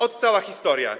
Ot, cała historia.